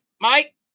Mike